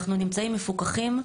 אנחנו מפוקחים,